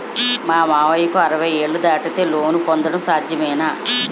మామయ్యకు అరవై ఏళ్లు దాటితే లోన్ పొందడం సాధ్యమేనా?